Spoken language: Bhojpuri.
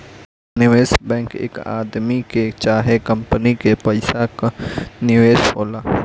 निवेश बैंक एक आदमी कअ चाहे कंपनी के पइसा कअ निवेश होला